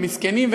למסכנים,